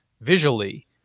visually